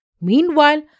Meanwhile